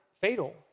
fatal